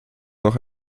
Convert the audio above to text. noch